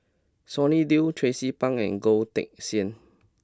Sonny Liew Tracie Pang and Goh Teck Sian